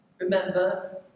remember